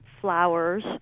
flowers